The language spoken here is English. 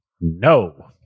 No